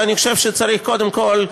ואני חושב שצריך קודם כול,